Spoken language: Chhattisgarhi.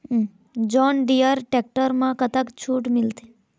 जॉन डिअर टेक्टर म कतक छूट मिलथे?